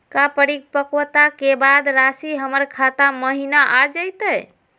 का परिपक्वता के बाद रासी हमर खाता महिना आ जइतई?